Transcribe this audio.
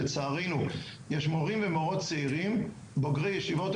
לצערנו יש מורים ומורות צעירים בוגרי ישיבות,